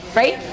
right